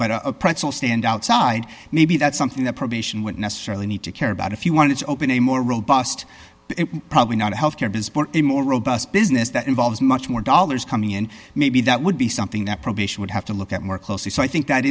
but a pretzel stand outside maybe that's something that probation would necessarily need to care about if you wanted to open a more robust probably not a health care bill in more robust business that involves much more dollars coming in maybe that would be something that probation would have to look at more closely so i think that